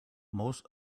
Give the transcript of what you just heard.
most